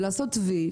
ולעשות V,